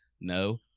no